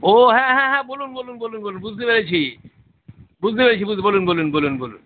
ও হ্যাঁ হ্যাঁ হ্যাঁ বলুন বলুন বলুন বলুন বুঝতে পেরেছি বুঝতে পেরেছি বুঝতে বলুন বলুন বলুন বলুন